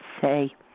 say